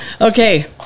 Okay